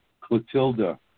clotilda